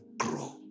grow